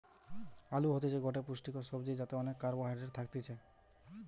আলু হতিছে গটে পুষ্টিকর সবজি যাতে অনেক কার্বহাইড্রেট থাকতিছে